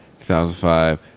2005